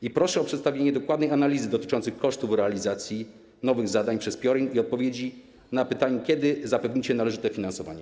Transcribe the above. I proszę o przedstawienie dokładnej analizy dotyczącej kosztów realizacji nowych zadań przez PIORiN i odpowiedzi na pytanie, kiedy zapewnicie należyte finansowanie.